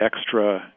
extra